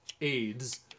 AIDS